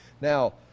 Now